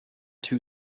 two